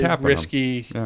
risky